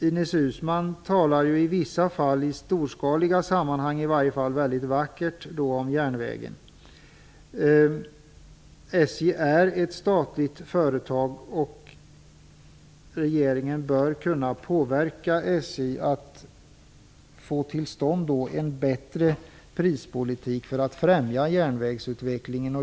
Ines Uusmann talar i vissa fall väldigt vackert om järnvägen, i varje fall när det gäller storskaligheten. SJ är ett statligt företag, och regeringen bör kunna påverka SJ så att man får till stånd en bättre prispolitik för att främja järnvägsutvecklingen.